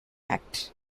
act